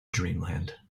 dreamland